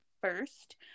first